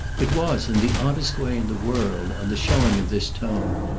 it was, in the oddest way in the world, on the showing of this tone,